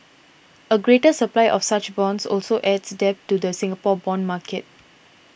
a greater supply of such bonds also adds depth to the Singapore bond market